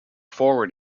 forward